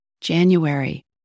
January